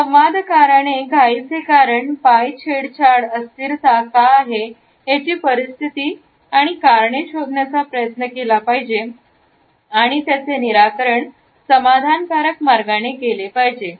संवादकाराने घाईचे कारण पाय छेडछाड अस्थिरता का आहेत त्याची परिस्थिती याची कारणे शोधण्याचा प्रयत्न केला पाहिजे आणि त्याचे निराकरण समाधानकारक मार्गाने केले पाहिजे